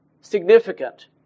significant